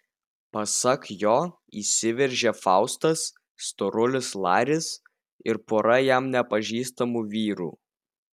pasak jo įsiveržė faustas storulis laris ir pora jam nepažįstamų vyrų